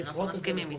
אנחנו מסכימים.